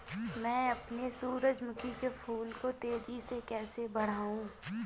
मैं अपने सूरजमुखी के फूल को तेजी से कैसे बढाऊं?